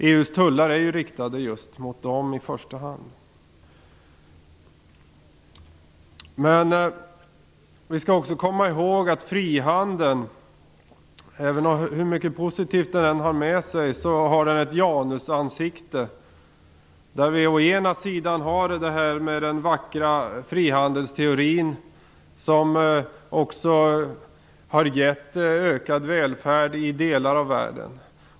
EU:s tullar är ju i första hand riktade just mot dem. Vi skall också komma ihåg att frihandeln, hur mycket positivt den än för med sig, har ett janusansikte. Å ena sidan är det den vackra frihandelsteorin, som också har gett ökad välfärd i delar av världen.